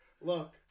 Look